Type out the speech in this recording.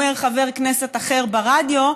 אומר חבר כנסת אחר ברדיו,